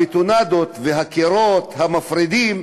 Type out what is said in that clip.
הבטונדות והקירות המפרידים